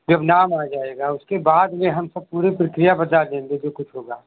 फिर नाम आ जाएगा उसके बाद में हम सब पूरी प्रक्रिया बता देंगे जो कुछ होगा